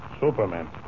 Superman